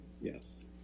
Yes